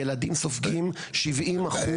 ילדים סופגים 70%